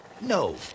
No